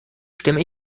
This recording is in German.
stimme